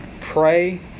Pray